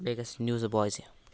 بیٚیہِ گژھِ نِوٕز بوزِ